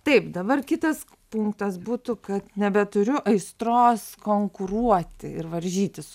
taip dabar kitas punktas būtų kad nebeturiu aistros konkuruoti ir varžytis